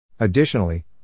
Additionally